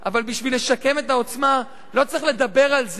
אבל בשביל לשקם את העוצמה לא צריך לדבר על זה,